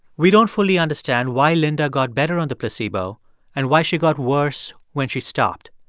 we don't fully understand why linda got better on the placebo and why she got worse when she stopped.